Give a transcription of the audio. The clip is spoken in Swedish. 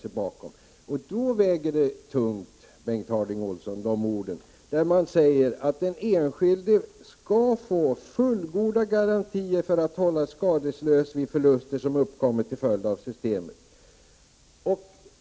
Det innebär att orden väger tungt, Bengt Harding Olson, dvs. att den enskilde skall få fullgoda garantier för att hållas skadeslös vid förluster som uppkommer till följd av systemet.